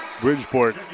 Bridgeport